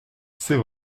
c’est